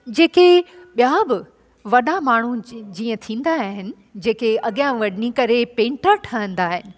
जेके ॿिया बि वॾा माण्हू जी जीअं थींदा आहिनि जेके अॻियां वञी करे पेंटर ठहंदा आहिनि